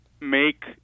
make